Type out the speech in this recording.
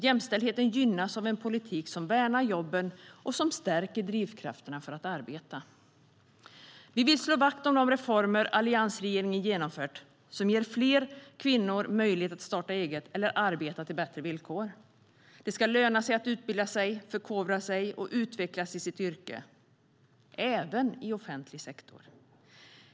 Jämställdheten gynnas av en politik som värnar jobben och som stärker drivkrafterna för att arbeta. Vi vill slå vakt om de reformer som alliansregeringen genomfört, som ger fler kvinnor möjlighet att starta eget eller arbeta till bättre villkor. Det ska löna sig att utbilda sig, förkovra sig och utvecklas i sitt yrke - även i offentlig sektor.